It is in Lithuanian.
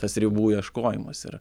tas ribų ieškojimas ir